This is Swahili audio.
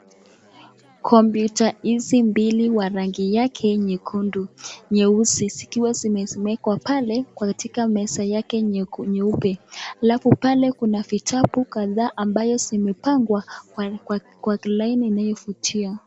Komputa mbili za rangi yao nyeusi zikiwa zimewekwa katika meza yake nyeupe na kuna vitabu kadhaa zilizopangwa kwa laini inayovutia.